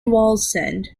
wallsend